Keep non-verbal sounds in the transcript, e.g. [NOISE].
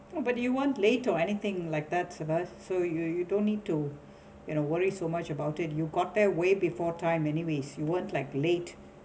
nobody want late or anything like that of us so you you don't need to [BREATH] you know worry so much about it you got that way before time anyways you won't like late